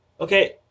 Okay